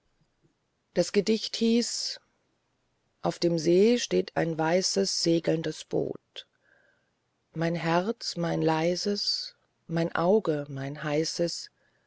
das gedicht hieß auf dem see steht ein weißes segelndes boot mein herz mein leises mein auge mein heißes